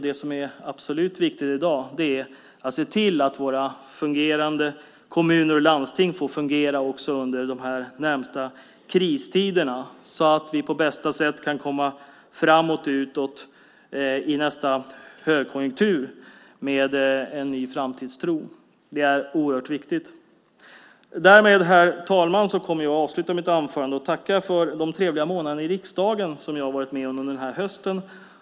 Det som är absolut viktigt i dag är att se till att våra fungerande kommuner och landsting får fungera också under de närmaste kristiderna, så att vi på bästa sätt kan komma framåt och utåt till nästa högkonjunktur med ny framtidstro. Det är oerhört viktigt. Herr talman! Jag avslutar mitt anförande och tackar för de trevliga månader i riksdagen som jag varit med om under den här hösten.